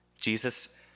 Jesus